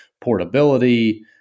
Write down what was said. portability